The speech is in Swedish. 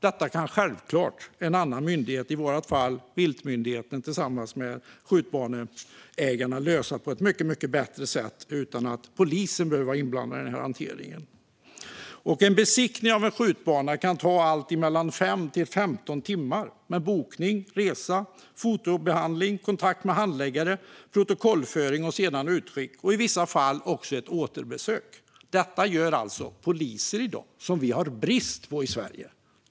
Detta kan självklart en annan myndighet, i vårt fall viltmyndigheten, tillsammans med skjutbaneägarna lösa på ett mycket bättre sätt utan att polisen behöver vara inblandad i hanteringen. En besiktning av en skjutbana kan ta allt mellan fem och femton timmar, med bokning, resa, fotobehandling, kontakt med handläggare, protokollföring och utskick, och i vissa fall också ett återbesök. Detta gör alltså poliser i dag, som vi har brist på i Sverige.